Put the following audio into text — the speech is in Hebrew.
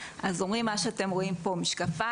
אז אומרים מה שאתם רואים פה משקפיים,